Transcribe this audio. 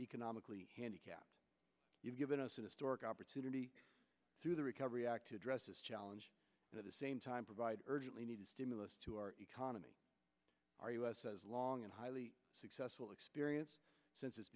economically handicapped you've given us an historic opportunity through the recovery act to address his challenge at the same time provide urgently needed stimulus to our economy our us as long and highly successful experience since